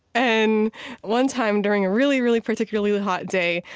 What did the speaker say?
and one time, during a really, really particularly hot day,